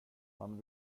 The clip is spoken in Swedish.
han